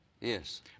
yes